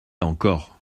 encore